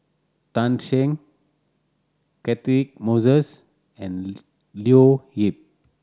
Tan Shen Catchick Moses and Leo Yip